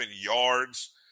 yards